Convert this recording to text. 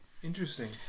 Interesting